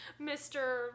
Mr